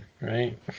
right